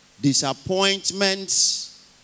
disappointments